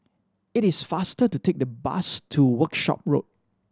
it is faster to take the bus to Workshop Road